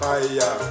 Fire